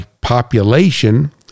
population